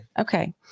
Okay